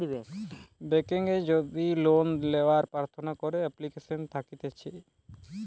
বেংকে যদি লোন লেওয়ার প্রার্থনা করে এপ্লিকেশন থাকতিছে